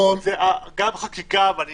גם חקיקה, ואני